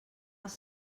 els